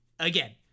Again